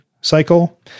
cycle